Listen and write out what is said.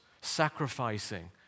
sacrificing